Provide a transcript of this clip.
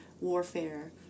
warfare